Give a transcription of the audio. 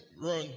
run